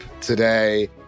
today